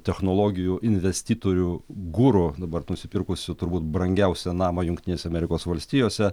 technologijų investitorių guru dabar nusipirkusių turbūt brangiausią namą jungtinėse amerikos valstijose